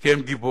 כי הם גיבורים.